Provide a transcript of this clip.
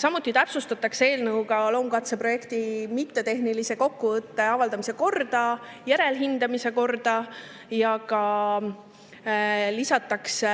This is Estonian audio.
Samuti täpsustatakse eelnõuga loomkatseprojekti mittetehnilise kokkuvõtte avaldamise korda, järelhindamise korda ja lisatakse